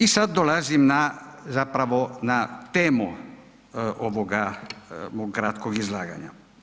I sad dolazim na zapravo na temu ovoga mom kratkog izlaganja.